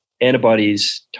antibodies